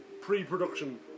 pre-production